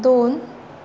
दोन